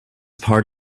part